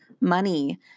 money